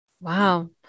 Wow